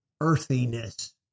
earthiness